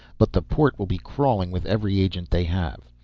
but the port will be crawling with every agent they have.